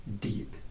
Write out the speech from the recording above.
deep